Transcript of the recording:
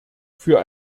für